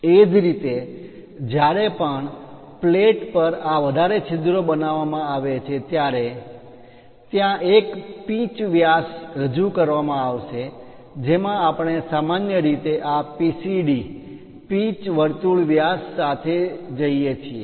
એ જ રીતે જ્યારે પણ પ્લેટ પર આ વધારે છિદ્રો બનાવવામાં આવે છે ત્યારે ત્યાં એક પીચ વ્યાસ રજૂ કરવામાં આવશે જેમાં આપણે સામાન્ય રીતે આ PCD પિચ વર્તુળ વ્યાસ સાથે જઈએ છીએ